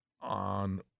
on